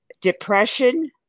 Depression